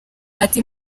ati